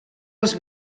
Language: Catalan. els